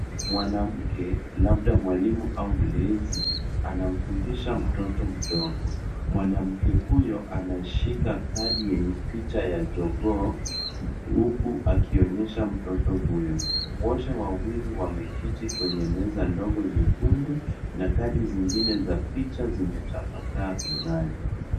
Mwanamke labda mwalimu au mlezi anafundisha mtoto mdogo. Mwanamke huyo anashika kadi yenye picha ya jogoo huku akionyesha mtoto huyo. Wote wawili wameketi kwenye meza ndogo nyekundu na kadi zingine za picha zimetapakaa mezani.